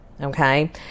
okay